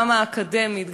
גם האקדמית,